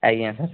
ଆଜ୍ଞା ସାର୍